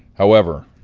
however,